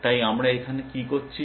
তাই আমরা এখন কি করছি